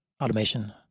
automation